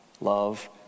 love